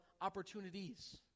opportunities